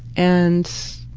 and,